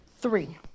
Three